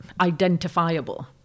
identifiable